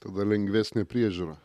tada lengvesnė priežiūra